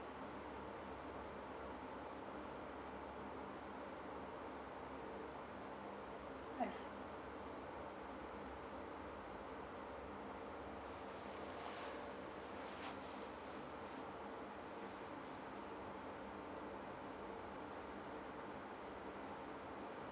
yes